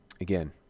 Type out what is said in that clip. Again